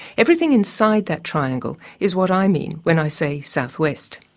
everything inside that triangle is what i mean when i say southwest.